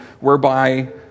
whereby